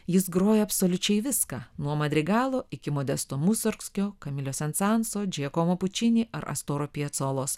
jis groja absoliučiai viską nuo madrigalo iki modesto musorgskio kamilio sansanso džeikomo pučinį ar astoro pietsolos